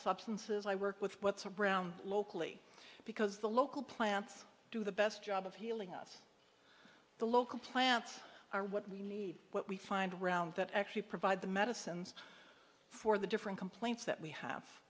substances i work with what's a brown locally because the local plants do the best job of healing us the local plants are what we need what we find around that actually provide the medicines for the different complaints that we have